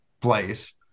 place